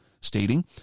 stating